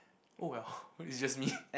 oh well it's just me